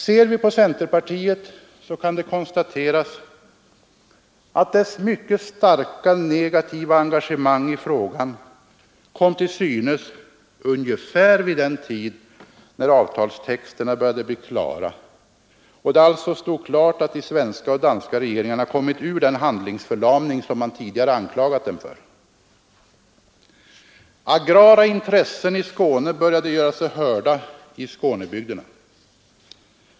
Ser vi på centerpartiet så kan det konstateras att dess mycket starka negativa engagemang i frågan kom till synes ungefär vid den tid när avtalstexterna började bli klara och det alltså stod klart att de svenska och danska regeringarna kommit ur den handlingsförlamning som man tidigare anklagat dem för. Agrara intressen i Skåne började göra sig hörda i Skånebygderna.